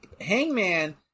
Hangman